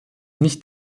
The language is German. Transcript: nicht